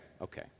okay